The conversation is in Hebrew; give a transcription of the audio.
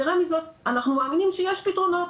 ויתרה מזאת, אנחנו מאמינים שיש פתרונות.